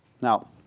Now